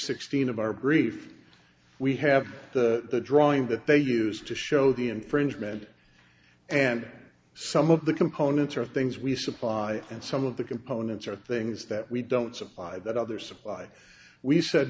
sixteen of our brief we have the drawing that they use to show the infringement and some of the components are things we supply and some of the components or things that we don't supply that other supply we said